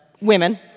women